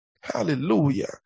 Hallelujah